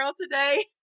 today